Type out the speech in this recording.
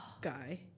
guy